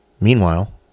Meanwhile